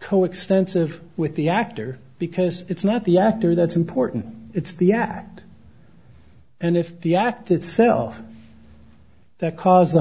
coextensive with the actor because it's not the actor that's important it's the act and if the act itself that cause the